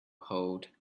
hold